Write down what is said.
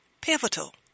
pivotal